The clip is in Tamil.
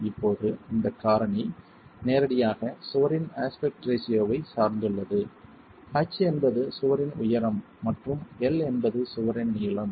இப்போது இந்த காரணி நேரடியாக சுவரின் அஸ்பெக்ட் ரேஷியோ வை சார்ந்துள்ளது H என்பது சுவரின் உயரம் மற்றும் l என்பது சுவரின் நீளம்